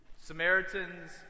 Samaritans